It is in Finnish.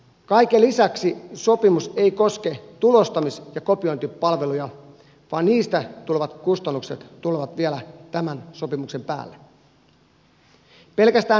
kaiken lisäksi sopimus ei koske tulostamis ja kopiointipalveluja vaan niistä tulevat kustannukset tulevat vielä tämän sopimuksen päälle